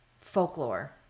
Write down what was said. Folklore